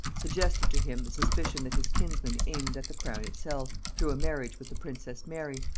suggested to him the suspicion that his kinsman aimed at the crown itself, through a marriage with the princess mary,